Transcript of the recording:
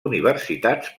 universitats